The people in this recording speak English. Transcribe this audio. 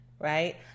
right